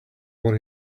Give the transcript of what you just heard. what